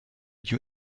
you